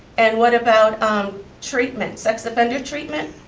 and what about um treatment, sex offender treatment.